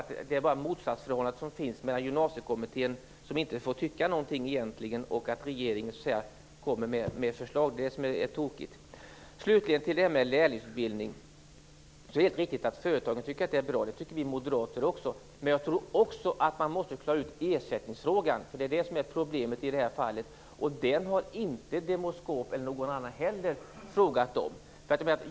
Det jag talade om var det motsatsförhållande som finns mellan att Gymnasiekommittén egentligen inte får tycka någonting och att regeringen kommer med förslag. Det är det som är tokigt. Slutligen vill jag gå till frågan om lärlingsutbildning. Det är helt riktigt att företagen tycker att det är bra. Det tycker vi moderater också. Men jag tror också att man måste klara ut ersättningsfrågan. Det är det som är problemet i detta fall. Den har inte Demoskop eller någon annan frågat om.